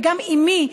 וגם אימי,